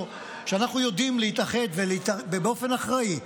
שאנחנו יודעים להתאחד ובאופן אחראי,